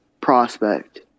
prospect